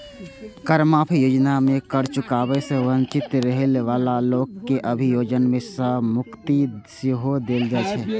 कर माफी योजना मे कर चुकाबै सं वंचित रहै बला लोक कें अभियोजन सं मुक्ति सेहो देल जाइ छै